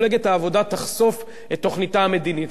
מפלגת העבודה תחשוף את תוכניתה המדינית.